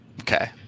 Okay